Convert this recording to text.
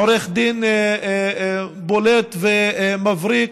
עורך דין בולט ומבריק,